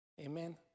amen